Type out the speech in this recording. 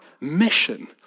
mission